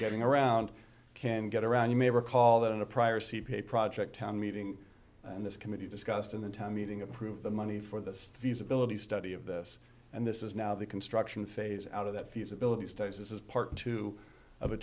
getting around can get around you may recall that in a prior c p a project town meeting and this committee discussed in the town meeting approve the money for the visibility study of this and this is now the construction phase out of that feasibility studies this is part two of a